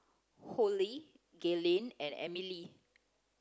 Hollie Gaylene and Amelie